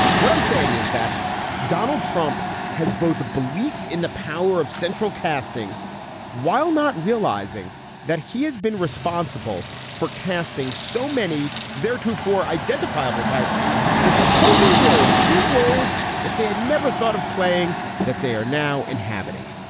what i'm saying is that donald trump has both a belief in the power of central casting while not realizing that he has been responsible for casting so many theretofore identifiable types into whole new roles, new roles that they had never thought of playing that they are now inhabiting.